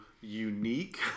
unique